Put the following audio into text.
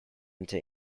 into